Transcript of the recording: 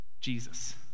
Jesus